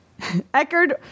Eckerd